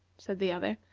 said the other.